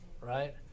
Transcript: right